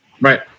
Right